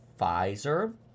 Pfizer